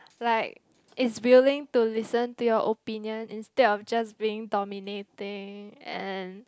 like is willing to listen to your opinion instead of just being dominating and